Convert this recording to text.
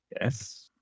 Yes